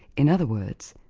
in other words,